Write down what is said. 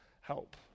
help